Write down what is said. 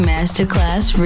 Masterclass